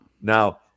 Now